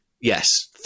yes